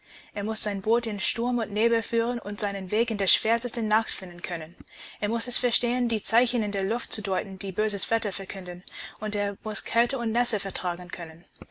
er muß sein boot in sturm und nebel führen und seinen weg in der schwärzesten nacht finden können er muß es verstehen die zeichen in der luft zu deuten die böses wetter verkünden und er muß kälteundnässevertragenkönnen